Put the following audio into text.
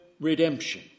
redemption